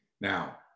Now